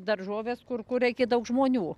daržoves kur kur reikia daug žmonių